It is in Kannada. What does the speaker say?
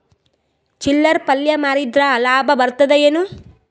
ಚಿಲ್ಲರ್ ಪಲ್ಯ ಮಾರಿದ್ರ ಲಾಭ ಬರತದ ಏನು?